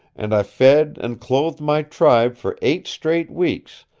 and i fed and clothed my tribe for eight straight weeks,